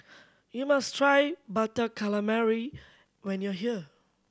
you must try Butter Calamari when you are here